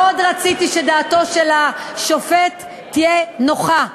מאוד רציתי שדעתו של השופט תהיה נוחה,